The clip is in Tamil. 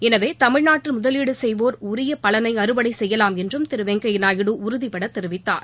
எனவே தமிழ்நாட்டில் முதலீடு செய்வோர் உரிய பலனை அறுவடை செய்யலாம் என்றும் திரு வெங்கையா நாயுடு உறுதிபட தெரிவித்தார்